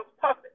puppet